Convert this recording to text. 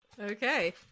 Okay